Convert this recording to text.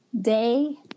day